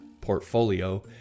portfolio